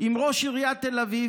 עם ראש עיריית תל אביב,